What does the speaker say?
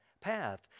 path